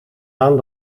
aan